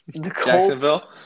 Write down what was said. Jacksonville